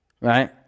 right